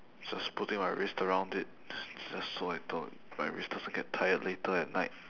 just putting my wrist around it just so I thought my wrist doesn't get tired later at night